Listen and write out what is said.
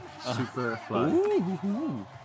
Superfly